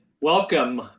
Welcome